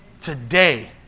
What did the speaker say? Today